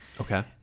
Okay